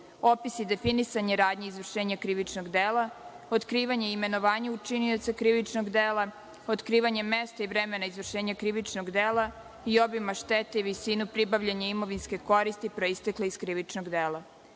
opisi definisanja radnji izvršenja krivičnog dela, otkrivanje i imenovanje učinioca krivičnog dela, otkrivanje mesta i vremena izvršenja krivičnog dela i obima štete i visinu pribavljanja imovinske koristi proistekle iz krivičnog dela. Jasno